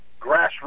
grassroots